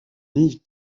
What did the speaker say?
nie